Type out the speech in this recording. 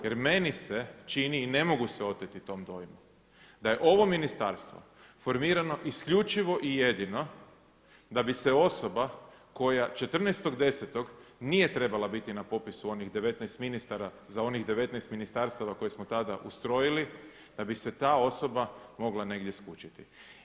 Jer meni se čini i ne mogu se oteti tom dojmu da je ovo ministarstvo formirano isključivo i jedino da bi se osoba koja 14.10. nije trebala biti na popisu onih 19 ministara za onih 19 ministarstava koje smo tada ustrojili da bi se ta osoba mogla negdje skućiti.